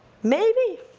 maybe,